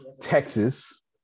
texas